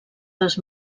les